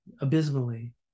abysmally